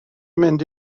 mynd